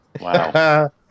Wow